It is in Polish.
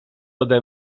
ode